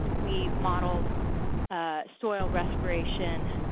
we modeled soil respiration,